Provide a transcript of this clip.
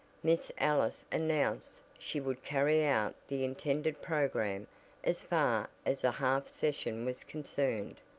miss ellis announced she would carry out the intended program as far as a half session was concerned,